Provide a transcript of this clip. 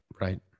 Right